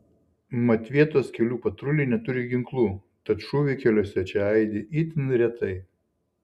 mat vietos kelių patruliai neturi ginklų tad šūviai keliuose čia aidi itin retai